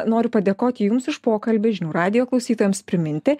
noriu padėkoti jums už pokalbį žinių radijo klausytojams priminti